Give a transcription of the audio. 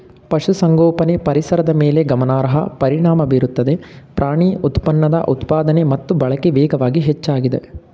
ಪಶುಸಂಗೋಪನೆ ಪರಿಸರದ ಮೇಲೆ ಗಮನಾರ್ಹ ಪರಿಣಾಮ ಬೀರುತ್ತದೆ ಪ್ರಾಣಿ ಉತ್ಪನ್ನದ ಉತ್ಪಾದನೆ ಮತ್ತು ಬಳಕೆ ವೇಗವಾಗಿ ಹೆಚ್ಚಾಗಿದೆ